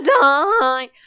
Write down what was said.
die